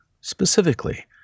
specifically